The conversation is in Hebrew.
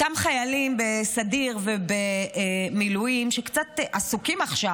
אותם חיילים בסדיר ובמילואים קצת עסוקים עכשיו